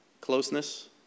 closeness